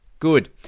Good